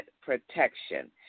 protection